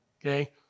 okay